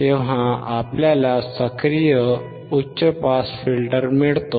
तेव्हा आपल्याला सक्रिय उच्च पास फिल्टर मिळतो